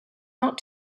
not